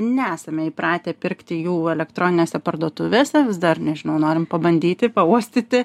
nesame įpratę pirkti jų elektroninėse parduotuvėse vis dar nežinau norim pabandyti pauostyti